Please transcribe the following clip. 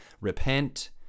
Repent